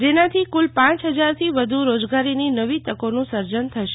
જેનાથી કુલ પાંચ હજારથી વધુ રોજગારીની નવી તકોનું સર્જન થશે